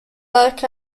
like